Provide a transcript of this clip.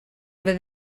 over